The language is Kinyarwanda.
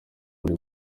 buri